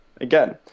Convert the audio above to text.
again